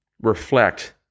reflect